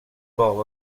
gav